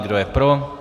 Kdo je pro?